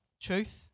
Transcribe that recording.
Truth